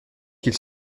qu’il